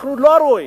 אנחנו לא רואים.